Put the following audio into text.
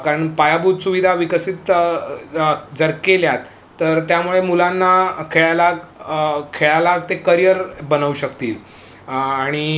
कारण पायाभूत सुविधा विकसित जर केल्यात तर त्यामुळे मुलांना खेळायला खेळाला ते करिअर बनवू शकतील आणि